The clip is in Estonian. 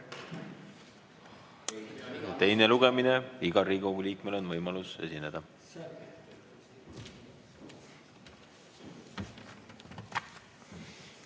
Teine lugemine, igal Riigikogu liikmel on võimalus esineda.